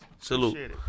Salute